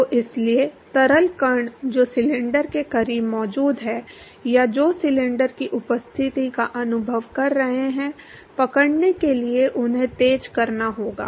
तो इसलिए तरल कण जो सिलेंडर के करीब मौजूद हैं या जो सिलेंडर की उपस्थिति का अनुभव कर रहे हैं पकड़ने के लिए उन्हें तेज करना होगा